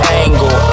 angle